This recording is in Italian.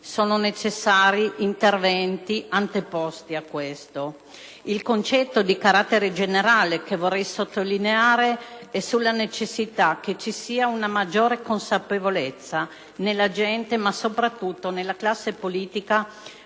Sono necessari interventi anteposti a questo. Il concetto di carattere generale che vorrei sottolineare è la necessità che ci sia una maggiore consapevolezza nella gente, ma soprattutto nella classe politica,